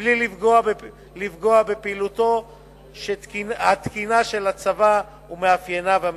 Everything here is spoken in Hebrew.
מבלי לפגוע בפעילותו התקינה של הצבא ובמאפייניו המיוחדים.